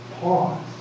pause